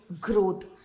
growth